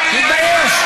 תתבייש.